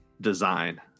design